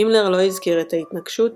הימלר לא הזכיר את ההתנקשות,